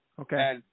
Okay